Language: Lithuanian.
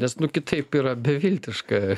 nes nu kitaip yra beviltiška